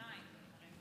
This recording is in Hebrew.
שתיים.